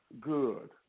good